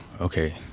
okay